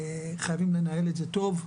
חייבים לנהל את זה טוב.